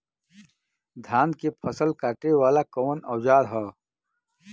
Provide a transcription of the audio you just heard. धान के फसल कांटे वाला कवन औजार ह?